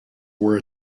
were